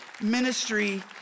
ministry